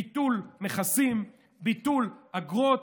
ביטול מכסים, ביטול אגרות.